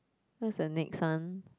what's the next one